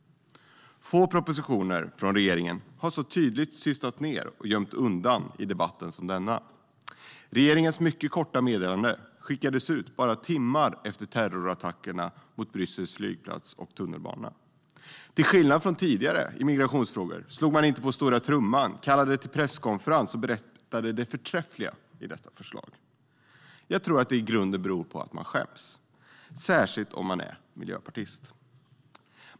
Få propositioner från regeringen har så tydligt tystats ned och gömts undan i debatten som denna. Regeringens mycket korta meddelande skickades ut bara timmar efter terrorattackerna mot Bryssels flygplats och tunnelbana. Till skillnad från tidigare i migrationsfrågor slog man inte på stora trumman, kallade till presskonferens och berättade det förträffliga i detta förslag. Jag tror att det i grunden beror på att man skäms, särskilt om man är miljöpartist.